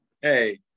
Hey